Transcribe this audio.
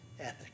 ethic